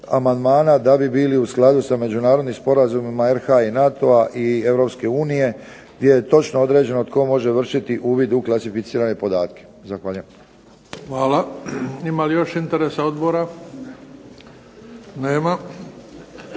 da bi bili u skladu s međunarodnim sporazumima RH i NATO-a i Europske unije gdje je točno određeno tko može vršiti uvid u klasificirane podatke. Zahvaljujem. **Bebić, Luka (HDZ)** Hvala. Ima li još interesa odbora? Nema.